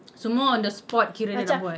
some more on the spot kira dia nak buat